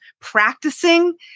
practicing